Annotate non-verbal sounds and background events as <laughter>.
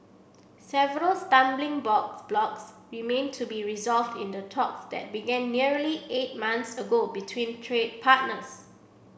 several stumbling <unintelligible> blocks remain to be resolved in talks that began nearly eight months ago between trade partners